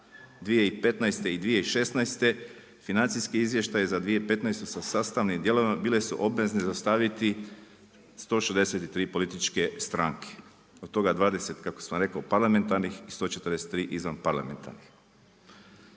2015. i 2016. financijski izvještaj za 2015. sa sastavnim dijelovima bile su obvezni dostaviti 163 političke stranke od toga 20 kako sam rekao parlamentarnih i 143 izvan parlamentarnih.